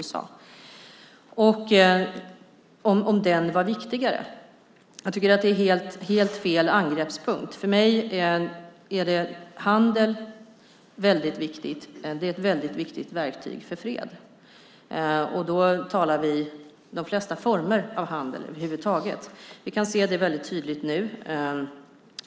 Frågan gällde om den var viktigare. Jag tycker att det är helt fel angreppspunkt. För mig är handel väldigt viktigt. Handeln är ett väldigt viktigt verktyg för fred. Då talar vi om de flesta former av handel över huvud taget. Vi kan se det väldigt tydligt nu.